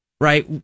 right